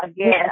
Again